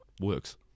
works